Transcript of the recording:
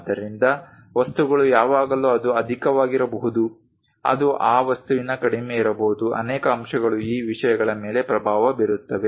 ಆದ್ದರಿಂದ ವಸ್ತುಗಳು ಯಾವಾಗಲೂ ಅದು ಅಧಿಕವಾಗಿರಬಹುದು ಅದು ಆ ವಸ್ತುವಿನ ಕಡಿಮೆ ಇರಬಹುದು ಅನೇಕ ಅಂಶಗಳು ಈ ವಿಷಯಗಳ ಮೇಲೆ ಪ್ರಭಾವ ಬೀರುತ್ತವೆ